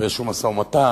באיזה משא-ומתן,